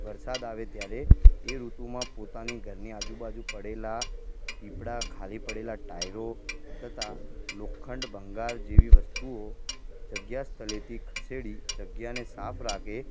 વરસાદ આવે ત્યારે એ ઋતુમાં પોતાની ઘરની આજુબાજુ પડેલાં પીપડાં ખાલી પડેલાં ટાયરો તથા લોખંડ ભંગાર જેવી વસ્તુઓ જગ્યા સ્થળેથી ખસેડીને જગ્યાને સાફ રાખે